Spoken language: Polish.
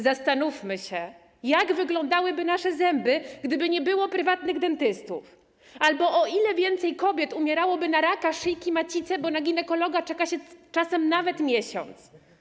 Zastanówmy się, jak wyglądałyby nasze zęby, gdyby nie było prywatnych dentystów, albo o ile więcej kobiet umierałoby na raka szyjki macicy, bo na ginekologa czeka się czasem nawet miesiąc.